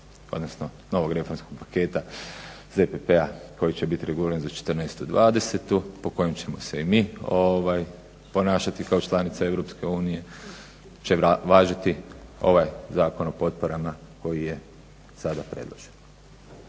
odnosno novog reformskog paketa ZPP-a koji će bit reguliran za 14.-20. po kojem ćemo se i mi ponašati kao članica Europske unije će važiti ovaj Zakon o potporama koji je sada predložen.